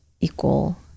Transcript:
equal